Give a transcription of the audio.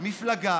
מפלגה